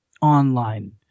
online